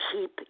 keep